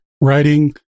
writing